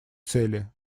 цели